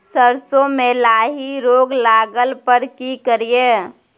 सरसो मे लाही रोग लगला पर की करिये?